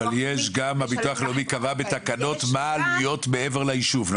אבל גם הביטוח הלאומי קבע בתקנות מה העלויות מעבר ליישוב.